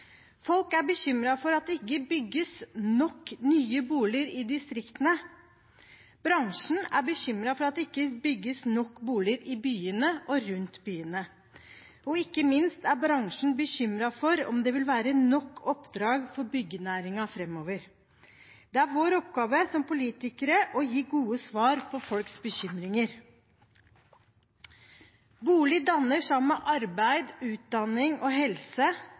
Folk er bekymret for at det ikke bygges nok nye boliger i distriktene. Bransjen er bekymret for at det ikke bygges nok boliger i byene og rundt byene, og ikke minst er bransjen bekymret for om det vil være nok oppdrag for byggenæringen framover. Det er vår oppgave som politikere å gi gode svar på folks bekymringer. Bolig danner sammen med arbeid, utdanning og helse